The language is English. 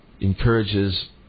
Encourages